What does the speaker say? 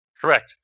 Correct